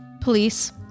police